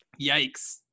Yikes